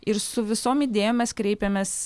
ir su visom idėjom mes kreipiamės